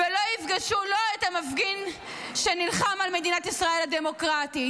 ולא יפגשו את המפגין שנלחם על מדינת ישראל הדמוקרטית.